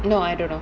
no I don't know